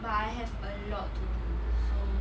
but I have a lot to do so